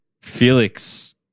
Felix